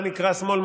מה נקרא שמאל,